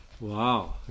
wow